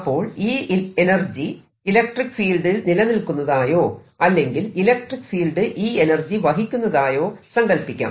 അപ്പോൾ ഈ energy electric ഫീൽഡിൽ നിലനിൽക്കുന്നതായോ അല്ലെങ്കിൽ ഇലക്ട്രിക്ക് ഫീൽഡ് ഈ എനർജി വഹിക്കുന്നതായോ സങ്കല്പിക്കാം